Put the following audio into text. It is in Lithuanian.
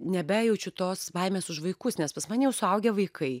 nebejaučiu tos baimės už vaikus nes pas mane jau suaugę vaikai